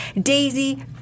Daisy